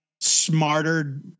smarter